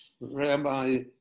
rabbi